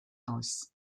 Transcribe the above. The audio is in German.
aus